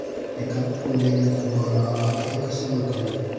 पिकात फूल येण्याचा बहर आला हे कसे ओळखावे?